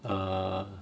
err